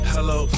Hello